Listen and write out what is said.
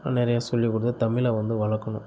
நிறைய சொல்லிக்கொடுத்து தமிழை வந்து வளர்க்கணும்